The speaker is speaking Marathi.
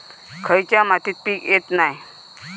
खयच्या मातीत पीक येत नाय?